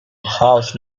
house